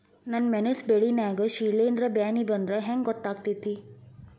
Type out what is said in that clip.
ನನ್ ಮೆಣಸ್ ಬೆಳಿ ನಾಗ ಶಿಲೇಂಧ್ರ ಬ್ಯಾನಿ ಬಂದ್ರ ಹೆಂಗ್ ಗೋತಾಗ್ತೆತಿ?